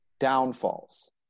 downfalls